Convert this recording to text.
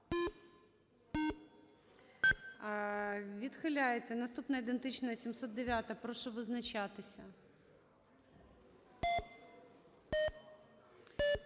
Відхиляється. Наступна ідентична 709-а. Прошу визначатися. Стаття